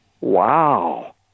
Wow